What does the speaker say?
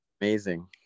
amazing